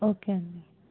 okay అండి